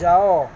ଯାଅ